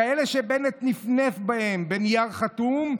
כאלה שבנט נפנף בהם בנייר חתום,